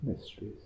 mysteries